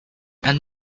and